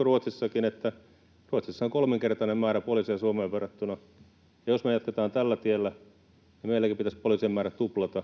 Ruotsissakin, että Ruotsissa on kolminkertainen määrä poliiseja Suomeen verrattuna. Jos me jatketaan tällä tiellä, meilläkin pitäisi poliisien määrä tuplata,